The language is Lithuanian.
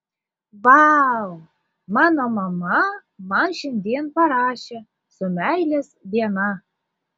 vau mano mama man šiandien parašė su meilės diena